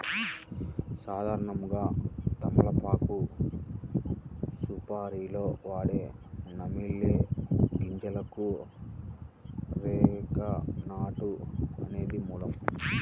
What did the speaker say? సాధారణంగా తమలపాకు సుపారీలో వాడే నమిలే గింజలకు అరెక నట్ అనేది మూలం